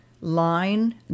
line